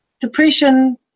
depression